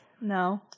No